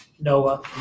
noah